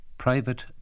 Private